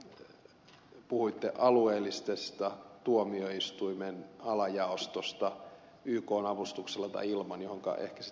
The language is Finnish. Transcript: kun puhuitte alueellisesta tuomioistuimen alajaostosta ykn avustuksella tai ilman johonka ehkä sitten ed